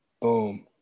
boom